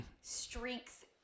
strength –